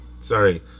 sorry